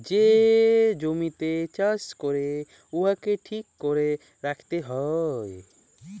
যে জমিতে চাষ ক্যরে উয়াকে ঠিক ক্যরে রাইখতে হ্যয়